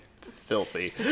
filthy